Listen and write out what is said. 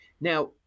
Now